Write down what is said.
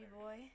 boy